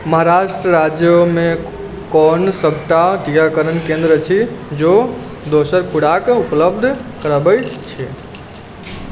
महाराष्ट्र राज्योमे कोन सभटा टीकाकरण केंद्र अछि जो दोसर खुराक उपलब्ध करबै छै